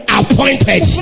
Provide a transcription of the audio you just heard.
appointed